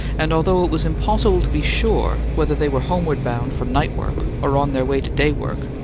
and although it was impossible to be sure whether they were homeward bound from night-work or on their way to day-work,